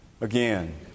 again